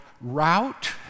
route